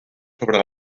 sobre